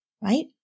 right